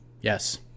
Yes